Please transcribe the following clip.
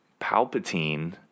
Palpatine